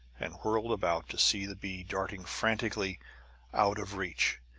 and whirled about to see the bee darting frantically out of reach.